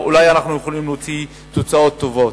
אולי אנחנו יכולים להוציא תוצאות טובות.